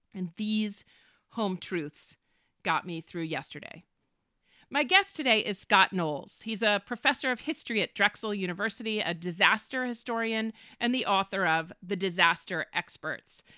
and these home truths got me through yesterday my guest today is scott knowles. he's a professor of history at drexel university, a disaster historian and the author of the disaster experts.